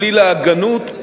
בלי להגנות,